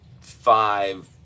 five